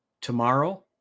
Tomorrow